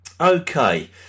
Okay